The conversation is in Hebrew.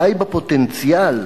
די בפוטנציאל,